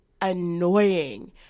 annoying